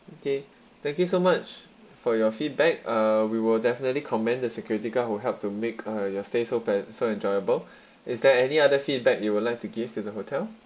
okay thank you so much for your feedback uh we will definitely comment the security guard who helped to make your stay so va~ so enjoyable is there any other feedback you would like to give to the hotel